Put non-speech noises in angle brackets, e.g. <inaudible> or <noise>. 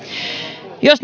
jos <unintelligible>